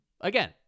again